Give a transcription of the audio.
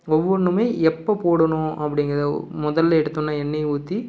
ஒவ்வொன்றுமே எப்போ போடணும் அப்படிங்கிறத முதல்ல எடுத்தோவுன்னே எண்ணெயை ஊற்றி